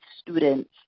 students